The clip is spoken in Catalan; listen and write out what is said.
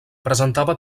presentava